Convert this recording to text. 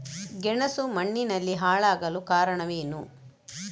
ಗೆಣಸು ಮಣ್ಣಿನಲ್ಲಿ ಹಾಳಾಗಲು ಕಾರಣವೇನು?